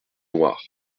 noirs